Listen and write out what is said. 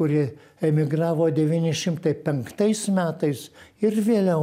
kurie emigravo devyni šimtai penktais metais ir vėliau